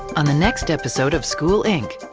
on the next episode of school inc,